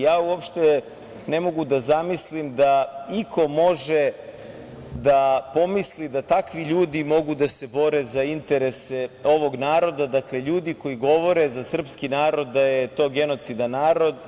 Ja uopšte ne mogu da zamislim da iko može da pomisli da takvi ljudi mogu da se bore za interese ovog naroda, dakle, ljudi koji govore za srpski narod da je to genocidan narod.